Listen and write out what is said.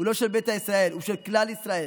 הוא לא של ביתא ישראל, הוא של כלל ישראל.